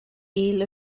eel